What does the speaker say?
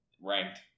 ranked